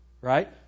right